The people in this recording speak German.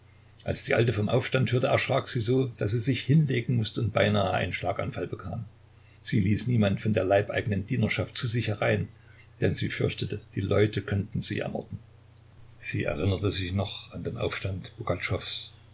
als die alte vom aufstand hörte erschrak sie so daß sie sich hinlegen mußte und beinahe einen schlaganfall bekam sie ließ niemand von der leibeigenen dienerschaft zu sich herein denn sie fürchtete die leute könnten sie ermorden sie erinnerte sich noch an den aufstand